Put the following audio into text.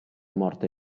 morte